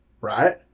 Right